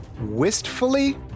Wistfully